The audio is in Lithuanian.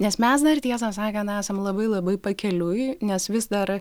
nes mes dar tiesą sakant esam labai labai pakeliui nes vis dar